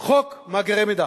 חוק מאגרי מידע.